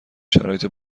شرایط